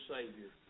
Savior